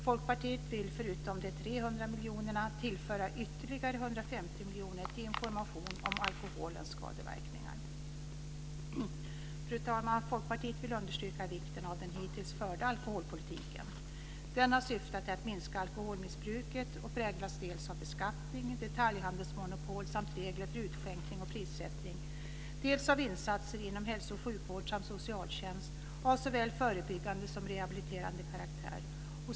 Folkpartiet vill, förutom de 300 miljonerna, tillföra ytterligare 150 Fru talman! Folkpartiet vill understryka vikten av den hittills förda alkoholpolitiken. Den har syftat till att minska alkoholmissbruket och präglats dels av beskattning, detaljhandelsmonopol samt regler för utskänkning och prissättning, dels av insatser inom hälso och sjukvård samt socialtjänst av såväl förebyggande som rehabiliterande karaktär.